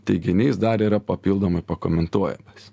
teiginys dar yra papildomai pakomentuojamas